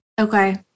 Okay